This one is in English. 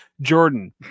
Jordan